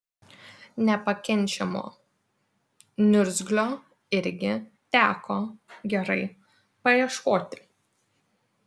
nepakenčiamo niurgzlio irgi teko gerai paieškoti